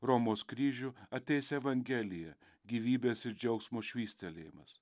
romos kryžių ateis evangelija gyvybės ir džiaugsmo švystelėjimas